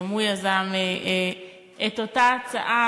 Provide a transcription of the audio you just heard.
שגם הוא יזם את אותה הצעה,